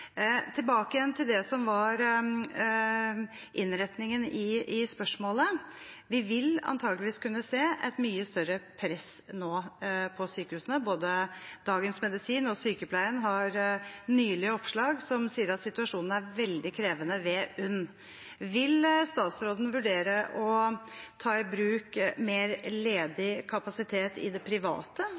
Tilbake igjen til det som var innretningen i spørsmålet: Vi vil antakeligvis kunne se et mye større press nå på sykehusene. Både Dagens Medisin og Sykepleien har nylig hatt oppslag som sier at situasjonen er veldig krevende ved UNN. Vil statsråden vurdere å ta i bruk mer ledig kapasitet i det private